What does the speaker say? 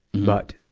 but,